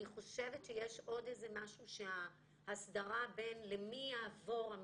אני חושבת שיש עוד משהו של הסדרה למי יעבור המידע.